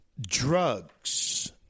drugs